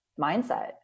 mindset